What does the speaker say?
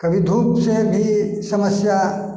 कभी धूप से भी समस्या